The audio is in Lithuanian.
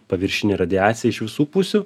paviršinę radiaciją iš visų pusių